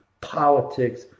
politics